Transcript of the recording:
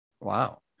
Wow